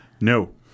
No